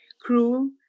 cruel